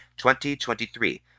2023